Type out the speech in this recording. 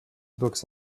books